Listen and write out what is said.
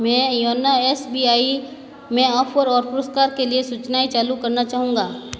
मैं YONO S B I में offer और पुरस्कार के लिए सूचनाएँ चालू करना चाहूँगा